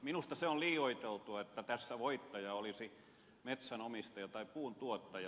minusta se on liioiteltua että tässä voittaja olisi metsänomistaja tai puuntuottaja